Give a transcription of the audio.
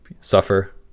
suffer